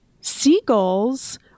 seagulls